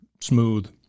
smooth